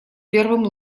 первым